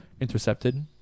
Intercepted